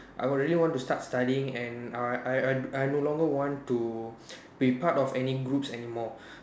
I would really want to start studying and I I I I no longer want to be part of any groups anymore